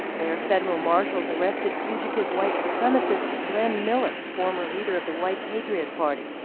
there, federal marshals arrested fugitive white supremacist glenn miller, former leader of the white patriot party